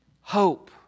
hope